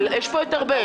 יש פה את ארבל.